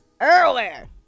earlier